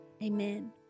Amen